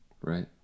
Right